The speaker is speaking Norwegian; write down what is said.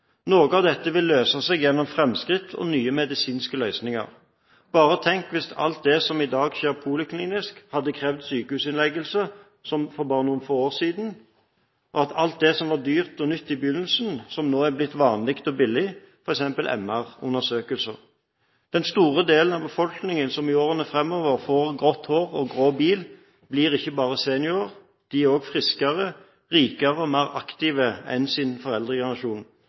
Noe av dette vil løse seg gjennom framskritt og nye medisinske løsninger. Bare tenk om alt det som i dag skjer poliklinisk, hadde krevd sykehusinnleggelse, som for bare noen få år siden, og tenk på alt det som var dyrt og nytt i begynnelsen – som nå er blitt vanlig og billig – f.eks. MR-undersøkelser. Den store delen av befolkningen som i årene framover får grått hår og grå bil, blir ikke bare seniorer, de blir også friskere, rikere og mer aktive enn sin foreldregenerasjon.